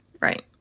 right